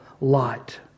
light